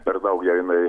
per daug ją jinai